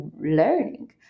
learning